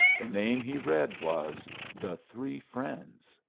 the name he read was the three friends.